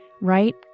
right